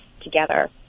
together